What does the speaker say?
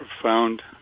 profound